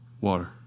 Water